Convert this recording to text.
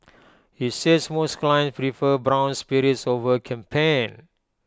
he says most clients prefer brown spirits over champagne